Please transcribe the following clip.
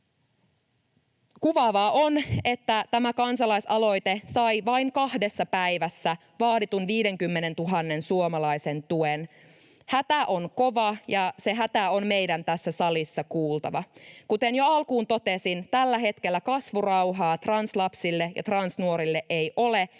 Kuvaavaa on, että tämä kansalaisaloite sai vain kahdessa päivässä vaaditun 50 000 suomalaisen tuen. Hätä on kova, ja se hätä on meidän tässä salissa kuultava. Kuten jo alkuun totesin, tällä hetkellä kasvurauhaa translapsille ja transnuorille ei ole,